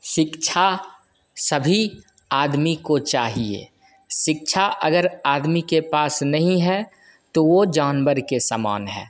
शिक्षा सभी आदमी को चाहिए शिक्षा अगर आदमी के पास नहीं है तो वो जानवर के समान है